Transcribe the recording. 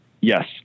Yes